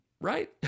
right